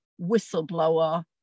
whistleblower